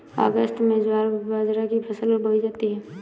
अगस्त में ज्वार बाजरा की फसल बोई जाती हैं